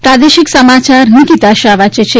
પ્રાદેશિક સમાયાર નિકિતા શાહ વાંચે છે